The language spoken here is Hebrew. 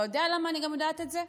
אתה יודע למה אני יודעת את זה?